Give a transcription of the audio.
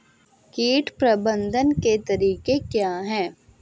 कीट प्रबंधन के तरीके क्या हैं?